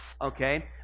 okay